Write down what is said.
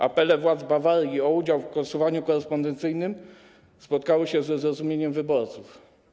Apele władz Bawarii o udział w głosowaniu korespondencyjnym spotkały się ze zrozumieniem wyborców.